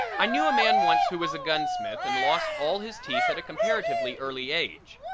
i knew a man once who was a gunsmith and lost all his teeth at a comparatively early age.